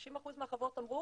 90% מהחברות אמרו